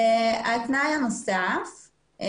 התנאי הנוסף הוא